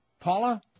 Paula